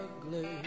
ugly